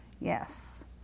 Yes